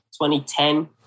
2010